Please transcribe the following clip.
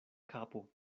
kapo